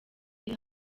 iri